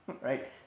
right